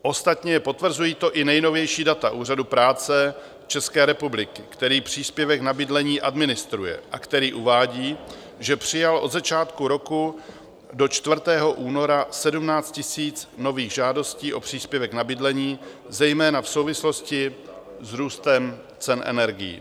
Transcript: Ostatně potvrzují to i nejnovější data Úřadu práce České republiky, který příspěvek na bydlení administruje a který uvádí, že přijal od začátku roku do 4. února 17 000 nových žádostí o příspěvek na bydlení, zejména v souvislosti s růstem cen energií.